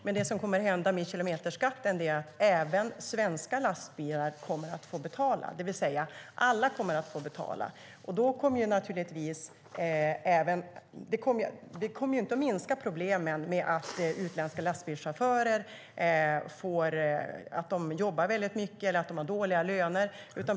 Men det som kommer att hända med kilometerskatten är att även svenska lastbilar kommer att få betala, det vill säga alla kommer att få betala. Det kommer inte att minska problemen med att utländska lastbilschaufförer jobbar väldigt mycket eller att de har dåliga löner.